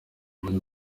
muri